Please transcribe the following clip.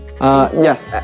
Yes